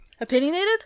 opinionated